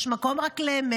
יש רק מקום לאמת.